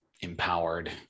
empowered